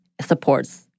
supports